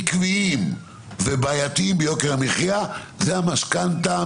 עקביים ובעייתיים ביוקר המחיה זה המשכנתה,